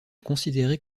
considérée